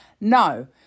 No